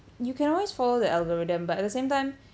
you can always follow the algorithm but at the same time